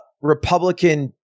Republican